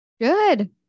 Good